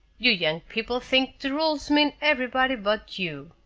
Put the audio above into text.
you young people think the rules mean everybody but you,